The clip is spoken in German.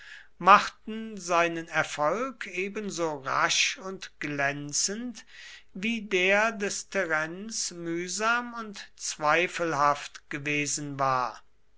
machten seinen erfolg ebenso rasch und glänzend wie der des terenz mühsam und zweifelhaft gewesen war